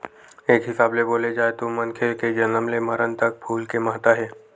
एक हिसाब ले बोले जाए तो मनखे के जनम ले मरन तक फूल के महत्ता हे